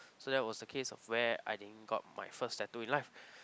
so that was the case of where I didn't got my first tattoo in life